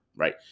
right